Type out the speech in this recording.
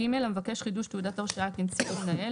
המבקש חידוש תעודת הרשאה כנציג המנהל,